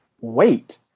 wait